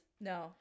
No